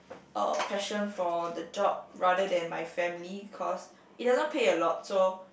uh passion for the job rather than my family cause it doesn't pay a lot so